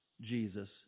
Jesus